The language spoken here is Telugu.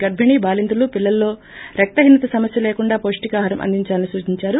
గర్పిణి బాలింతలు పిల్లల్లో రక్త హీనత సమస్వ లేకుండా పౌషికాహారం అందించాలని సూచించారు